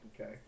Okay